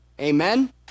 Amen